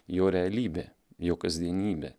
jo realybė jo kasdienybė